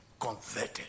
converted